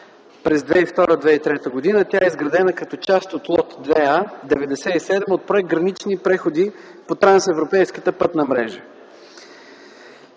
през 2002-2003 г. Тя е изградена като част от ЛОТ 2А/97 от Проект „Гранични преходи по Трансевропейската пътна мрежа”.